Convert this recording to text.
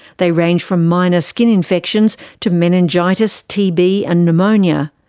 they range from minor skin infections to meningitis, tb and pneumonia.